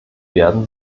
werden